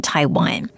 Taiwan